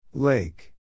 Lake